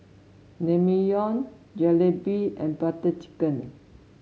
Naengmyeon Jalebi and Butter Chicken